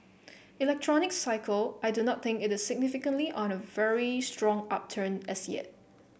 electronics cycle I do not think it is significantly on a very strong upturn as yet